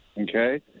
okay